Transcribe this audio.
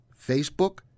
Facebook